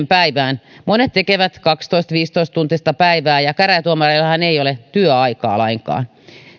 päivään monet tekevät kaksitoista viiva viisitoista tuntista päivää ja käräjätuomareillahan ei ole työaikaa lainkaan